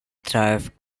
turf